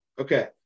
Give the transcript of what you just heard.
Okay